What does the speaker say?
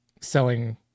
selling